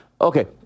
Okay